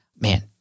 Man